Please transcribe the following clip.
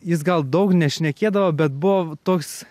jis gal daug nešnekėdavo bet buvo toks